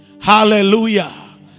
Hallelujah